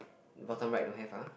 bottom right don't have ah